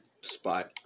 spot